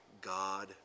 God